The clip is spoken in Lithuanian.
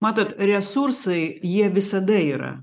matot resursai jie visada yra